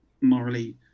morally